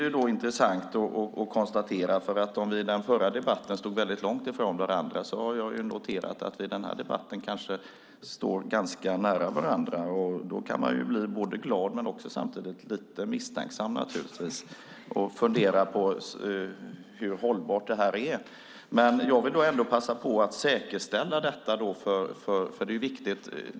Det är intressant att konstatera att vi i den förra debatten stod långt ifrån varandra men i denna debatt kanske står ganska nära varandra. Man kan bli både glad och samtidigt lite misstänksam, naturligtvis, och fundera på hur hållbart detta är. Jag vill dock ändå passa på att säkerställa detta, för det är viktigt.